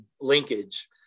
linkage